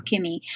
Kimmy